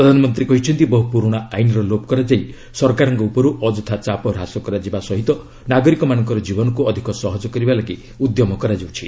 ପ୍ରଧାନମନ୍ତ୍ରୀ କହିଛନ୍ତି ବହୁ ପୁରୁଣା ଆଇନ୍ର ଲୋପ କରାଯାଇ ସରକାରଙ୍କ ଉପରୁ ଅଯଥା ଚାପ ହ୍ରାସ କରାଯିବା ସହିତ ନାଗରିକମାନଙ୍କର ଜୀବନକୁ ଅଧିକ ସହଜ କରିବା ଲାଗି ଉଦ୍ୟମ କରାଯାଉଛି